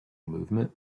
movement